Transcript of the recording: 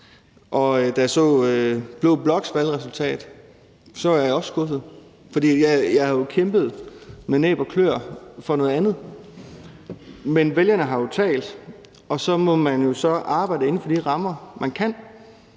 da jeg så blå bloks valgresultat, var jeg også skuffet, for jeg havde jo kæmpet med næb og klør for noget andet. Men vælgerne har talt, og så må man arbejde inden for de rammer, der er,